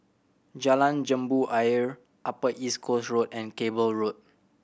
Jalan Jambu Ayer Upper East Coast Road and Cable Road